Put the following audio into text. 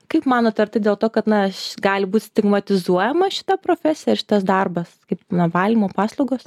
kaip manot ar tai dėl to kad na š gali būt stigmatizuojama šita profesija šitas darbas kaip nu valymo paslaugos